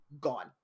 gone